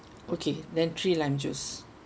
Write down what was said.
okay then three lime juice